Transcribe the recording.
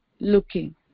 looking